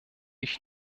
ich